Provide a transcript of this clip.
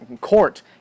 court